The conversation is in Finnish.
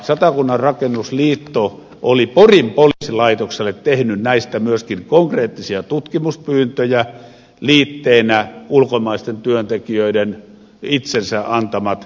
satakunnan rakennusliitto oli porin poliisilaitokselle tehnyt näistä myöskin konkreettisia tutkimuspyyntöjä liitteenä ulkomaisten työntekijöiden itsensä antamat todistukset